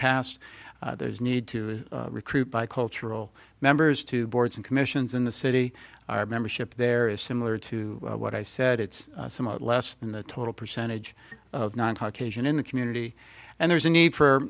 there's need to recruit bicultural members to boards and commissions in the city our membership there is similar to what i said it's somewhat less than the total percentage of non caucasian in the community and there's a need for